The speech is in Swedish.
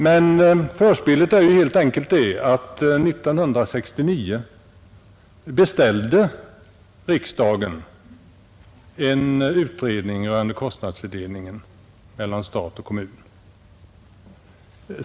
Men förspelet är helt enkelt det att 1969 beställde riksdagen en utredning rörande kostnadsfördelningen mellan stat och kommun.